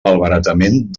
malbaratament